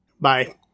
Bye